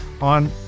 on